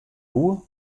woe